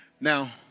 now